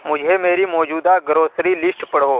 مجھے میری موجودہ گروسری لسٹ پڑھو